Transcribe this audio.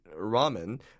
ramen